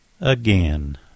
Again